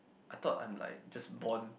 I thought I'm like just born